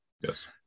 Yes